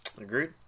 Agreed